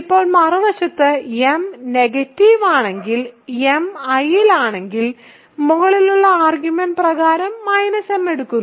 ഇപ്പോൾ മറുവശത്ത് m negative ആണെങ്കിൽ m I യിൽ ആണെങ്കിൽ മുകളിലുള്ള ആർഗ്യുമെൻറ് പ്രകാരം m എടുക്കുന്നു